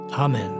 Amen